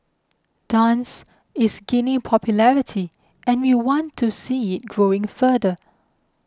dance is gaining popularity and we want to see it growing further